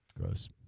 Gross